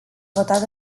votat